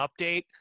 update